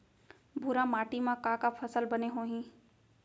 भूरा माटी मा का का फसल बने होही?